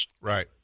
Right